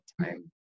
time